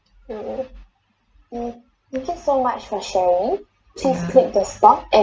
ya